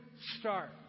start